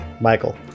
Michael